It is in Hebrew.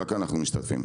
רק אנחנו משתתפים,